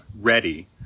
ready